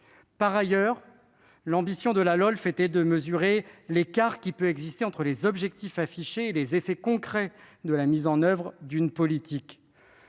Par ailleurs, l'ambition de la LOLF était de mesurer l'écart pouvant exister entre les objectifs affichés et les effets concrets de la mise en oeuvre d'une politique.